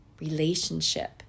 relationship